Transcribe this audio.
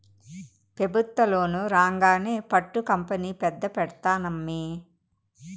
పెబుత్వ లోను రాంగానే పట్టు కంపెనీ పెద్ద పెడ్తానమ్మీ